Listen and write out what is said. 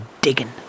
digging